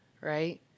right